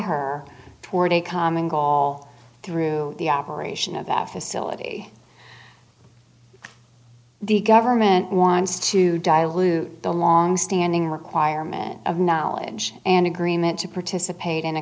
her toward a common goal through the operation of that facility the government wants to dilute the longstanding requirement of knowledge and agreement to participate in a